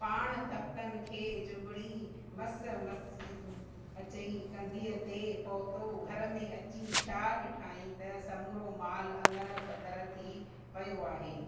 पाण तख़्तनि खे चुंबड़ी मस मस तूं अचे ई कंधीअ ते पहुतो घर में अची छा ॾिठईं त समूरो माल अङर भितर थी पियो आहे